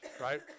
Right